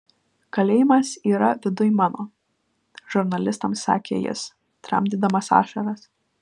kalėjimas yra viduj mano žurnalistams sakė jis tramdydamas ašaras